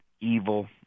evil